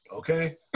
okay